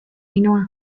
ainhoa